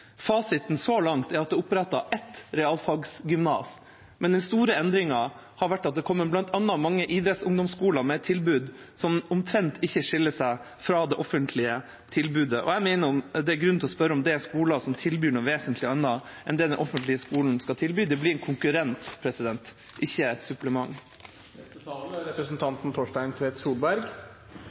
Fasiten så langt er at det er opprettet ett realfagsgymnas. Den store endringen er bl.a. at det har kommet mange idrettsungdomsskoler med et tilbud som omtrent ikke skiller seg fra det offentlige tilbudet. Jeg mener det er grunn til å spørre om det er skoler som tilbyr noe vesentlig annet enn det den offentlige skolen skal tilby. Det blir en konkurrent – ikke et supplement. Representanten Torstein Tvedt Solberg